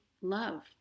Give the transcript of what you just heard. love